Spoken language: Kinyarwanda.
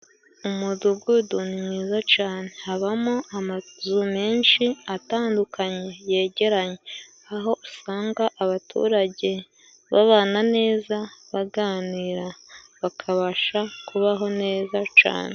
Umudugudu mwiza cane habamo amazu menshi atandukanye yegeranye aho usanga abaturage babana neza , baganira bakabasha kubaho neza cane.